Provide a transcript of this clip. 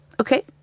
Okay